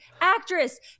actress